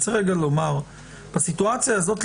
אבל צריך לומר שבסיטואציה הזאת,